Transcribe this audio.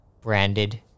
branded